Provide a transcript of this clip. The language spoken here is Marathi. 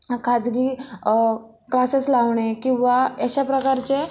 खाजगी क्लासेस लावणे किंवा अशाप्रकारचे